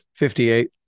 58